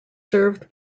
served